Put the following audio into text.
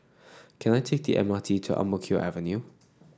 can I take the M R T to Ang Mo Kio Avenue